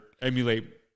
emulate